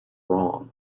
wrong